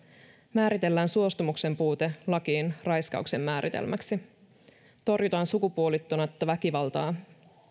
määritellään suostumuksen puute lakiin raiskauksen määritelmäksi torjutaan sukupuolittunutta väkivaltaa